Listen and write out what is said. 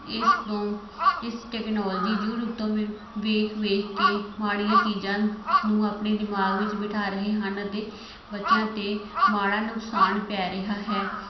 ਇਸ ਤੋਂ ਇਸ ਟੈਕਨੋਲਜੀ ਯੂਟਿਊਬ ਤੋਂ ਵੇਖ ਵੇਖ ਕੇ ਮਾੜੀਆਂ ਚੀਜ਼ਾਂ ਨੂੰ ਆਪਣੇ ਦਿਮਾਗ ਵਿੱਚ ਬਿਠਾ ਰਹੇ ਹਨ ਅਤੇ ਬੱਚਿਆਂ 'ਤੇ ਮਾੜਾ ਨੁਕਸਾਨ ਪੈ ਰਿਹਾ ਹੈ